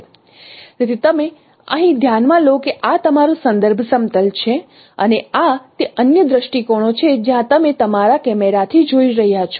તેથી તમે અહીં ધ્યાનમાં લો કે આ તમારું સંદર્ભ સમતલ છે અને આ તે અન્ય દૃષ્ટિકોણો છે જ્યાંથી તમે તમારા કેમેરાથી જોઈ રહ્યા છો